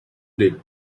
did